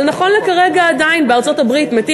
אבל נכון לכרגע עדיין בארצות-הברית מתים